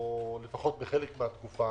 לפחות בחלק מהתקופה.